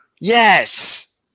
Yes